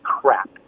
crap